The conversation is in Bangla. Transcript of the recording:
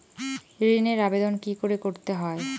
ঋণের আবেদন কি করে করতে হয়?